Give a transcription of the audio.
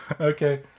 Okay